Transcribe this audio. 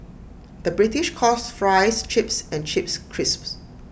the British calls Fries Chips and Chips Crisps